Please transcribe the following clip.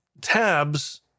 tabs